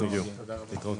תודה רבה.